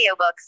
Audiobooks